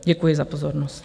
Děkuji za pozornost.